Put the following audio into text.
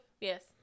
Yes